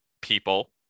people